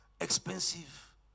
expensive